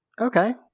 Okay